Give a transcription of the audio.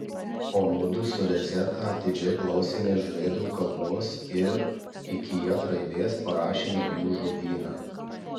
o mudu su rezeta atidžiai klausėmės žuvėdrų kalbos ir iki j raidės parašėme jų žodyną